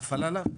נפל עליו?